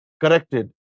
corrected